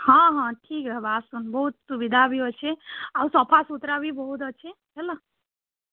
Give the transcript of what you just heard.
ହଁ ହଁ ଠିକ୍ ହେବା ଆସୁନ୍ ବହୁତ୍ ସୁବିଧା ବି ଅଛେ ଆଉ ସଫାସୁତ୍ରା ବି ବହୁତ୍ ଅଛେ ହେଲା